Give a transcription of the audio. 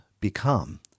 become